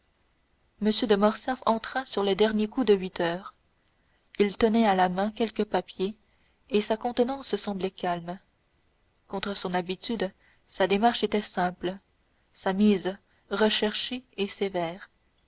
m de morcerf entra sur le dernier coup de huit heures il tenait à la main quelques papiers et sa contenance semblait calme contre son habitude sa démarche était simple sa mise recherchée et sévère